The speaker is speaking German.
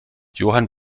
johann